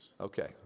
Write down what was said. okay